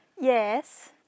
Yes